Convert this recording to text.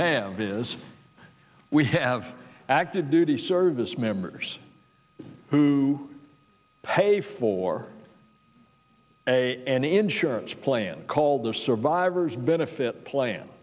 have is we have active duty service members who pay for a an insurance plan called their survivor's benefit plan